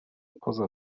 poza